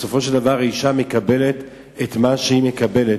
בסופו של דבר האשה מקבלת את מה שהיא מקבלת,